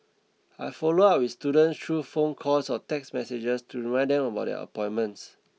I follow up with students through phone calls or text messages to remind them about their appointments